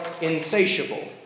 insatiable